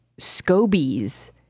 scobies